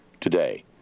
today